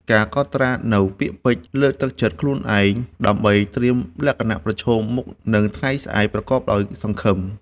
ការកត់ត្រានូវពាក្យពេចន៍លើកទឹកចិត្តខ្លួនឯង ដើម្បីត្រៀមលក្ខណៈប្រឈមមុខនឹងថ្ងៃស្អែកប្រកបដោយសង្ឃឹម។